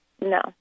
No